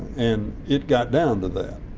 and it got down to that